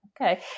okay